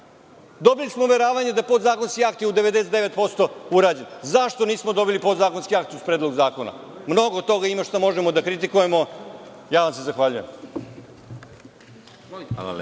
akte. Dobili smo uveravanje da su podzakonski akti u 99% urađeni. Zašto nismo dobili podzakonski akt uz Predlog zakona? Mnogo toga ima što možemo da kritikujemo. Ja vam se zahvaljujem.